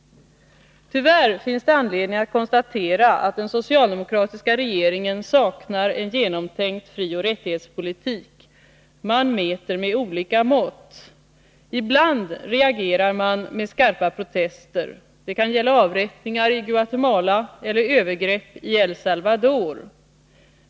Tyvärr finns det anledning att konstatera att den socialdemokratiska regeringen saknar en genomtänkt frioch rättighetspolitik. Man mäter med olika mått. Ibland reagerar man med skarpa protester. Det kan gälla avrättningar i Guatemala eller övergrepp i El Salvador.